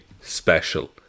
special